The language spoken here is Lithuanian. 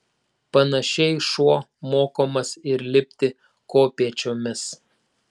panašiai šuo mokomas ir lipti kopėčiomis